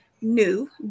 new